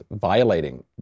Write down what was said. violating